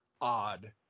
odd